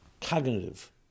cognitive